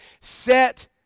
set